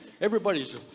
Everybody's